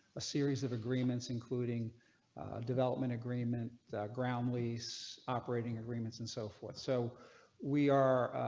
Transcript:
a series of agreements including development agreement ground lease operating agreements. and so forth. so we are.